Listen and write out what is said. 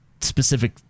specific